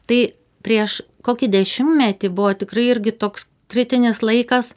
tai prieš kokį dešimtmetį buvo tikrai irgi toks kritinis laikas